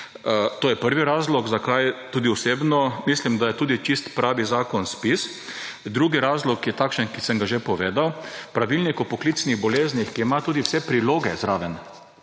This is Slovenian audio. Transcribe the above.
To je prvi razlog, zakaj tudi osebno mislim, da je čisto pravi zakon ZPIZ. Drugi razlog je takšen, kot sem ga že povedal. Pravilnik o poklicnih boleznih, ki ima tudi vse priloge zraven.